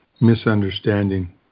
misunderstanding